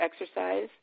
exercise